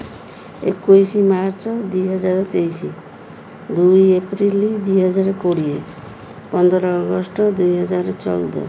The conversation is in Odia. ଏକୋଇଶି ମାର୍ଚ୍ଚ ଦୁଇ ହଜାର ତେଇଶି ଦୁଇ ଏପ୍ରିଲ ଦୁଇ ହଜାର କୋଡ଼ିଏ ପନ୍ଦର ଅଗଷ୍ଟ ଦୁଇ ହଜାର ଚଉଦ